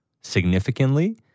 significantly